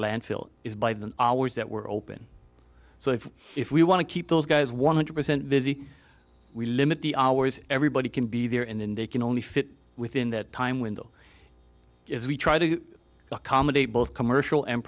landfill is by then always that we're open so if if we want to keep those guys one hundred percent busy we limit the hours everybody can be there and then they can only fit within that time window as we try to accommodate both commercial and